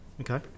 okay